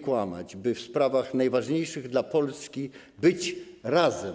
kłamać i by w sprawach najważniejszych dla Polski być razem.